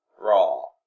Raw